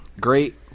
Great